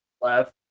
left